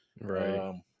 Right